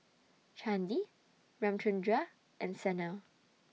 Chandi Ramchundra and Sanal